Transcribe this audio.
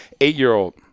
eight-year-old